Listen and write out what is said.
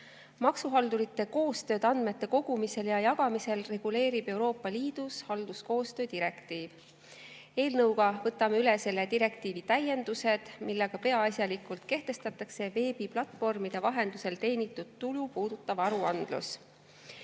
Maksuhaldurite koostööd andmete kogumisel ja jagamisel reguleerib Euroopa Liidus halduskoostöö direktiiv. Eelnõuga võtame üle selle direktiivi täiendused, millega peaasjalikult kehtestatakse veebiplatvormide vahendusel teenitud tulu puudutav aruandlus.